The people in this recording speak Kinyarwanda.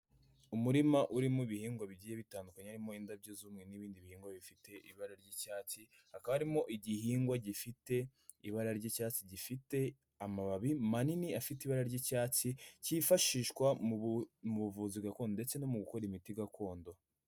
Umurima urimo ibihingwa bigiye bitandukanye harimo indabyo z'umweru n'ibindi bihingwa bifite ibara ry'icyatsi, hakaba harimo igihingwa gifite ibara ry'icyatsi, gifite amababi manini afite ibara ry'icyatsi, kifashishwa mu buvuzi gakondo ndetse no mu gukora imiti gakondo.